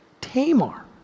Tamar